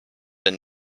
and